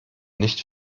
nicht